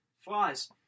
flies